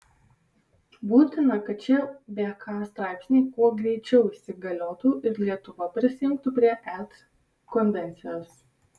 būtina kad šie bk straipsniai kuo greičiau įsigaliotų ir lietuva prisijungtų prie et konvencijos